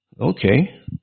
Okay